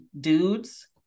dudes